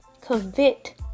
convict